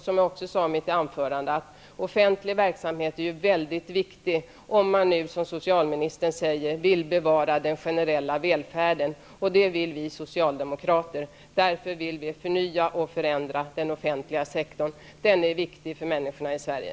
Som jag också sade i mitt anförande är offentlig verksamhet mycket viktig om man, som socialministern säger, vill bevara den generella välfärden. Det vill vi socialdemokrater. Därför vill vi förnya och förändra den offentliga sektorn. Den är viktig för människorna i Sverige.